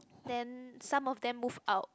then some of them move out